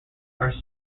are